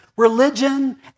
religion